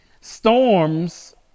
storms